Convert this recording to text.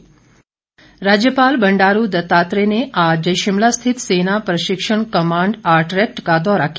राज्यपाल राज्यपाल बंडारू दत्तात्रेय ने आज शिमला स्थित सेना प्रशिक्षण कमांड आरट्रैक का दौरा किया